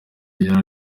yari